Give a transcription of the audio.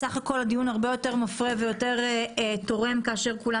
בסך הכול הדין הרבה יותר מפרה ויותר תורם כאשר כולם